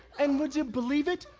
and would you believe it?